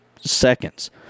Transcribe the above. seconds